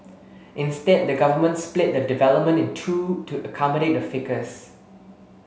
instead the government split the development in two to accommodate the ficus